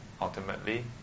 ultimately